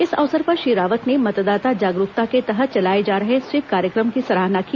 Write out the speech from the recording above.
इस अवसर पर श्री रावत ने मतदाता जागरूकता के तहत चलाए जा रहे स्वीप कार्यक्रम की सराहना की